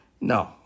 No